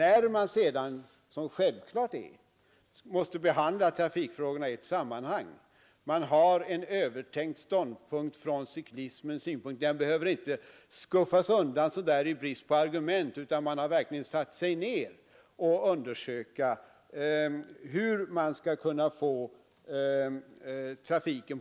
Då man sedan behandlar trafikfrågorna i ett sammanhang, vilket det ju är självklart att vi skall göra, har man också fått en övertänkt uppfattning om cyklismens roll i trafiken.